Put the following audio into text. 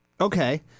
Okay